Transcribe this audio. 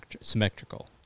symmetrical